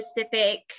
specific